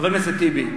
חבר הכנסת טיבי,